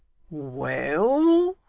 well,